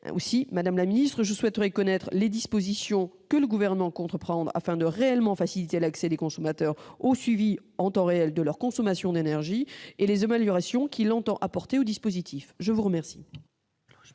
Aussi, madame la secrétaire d'État, je souhaite connaître les dispositions que le Gouvernement compte prendre afin de faciliter réellement l'accès des consommateurs au suivi en temps réel de leur consommation d'énergie et les améliorations qu'il entend apporter au dispositif. La parole